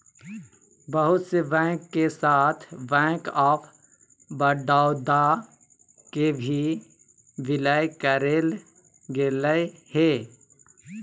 बहुत से बैंक के साथ बैंक आफ बडौदा के भी विलय करेल गेलय हें